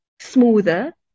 smoother